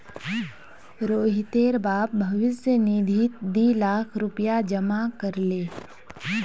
रोहितेर बाप भविष्य निधित दी लाख रुपया जमा कर ले